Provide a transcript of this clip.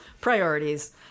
priorities